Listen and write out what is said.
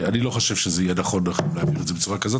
אני לא חושב שזה יהיה נכון להעביר בצורה כזאת,